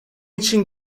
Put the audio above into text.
için